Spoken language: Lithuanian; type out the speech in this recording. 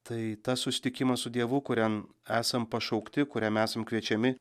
tai tas susitikimas su dievu kurian esam pašaukti kuriam esam kviečiami